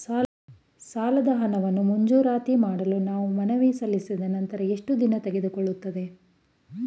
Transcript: ಸಾಲದ ಹಣವನ್ನು ಮಂಜೂರಾತಿ ಮಾಡಲು ನಾವು ಮನವಿ ಸಲ್ಲಿಸಿದ ನಂತರ ಎಷ್ಟು ದಿನ ತೆಗೆದುಕೊಳ್ಳುತ್ತದೆ?